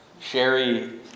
Sherry